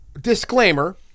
disclaimer